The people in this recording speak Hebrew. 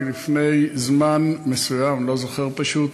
אני, לפני זמן מסוים, אני לא זוכר פשוט,